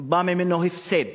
בא ממנו הפסד: